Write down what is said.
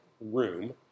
room